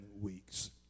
weeks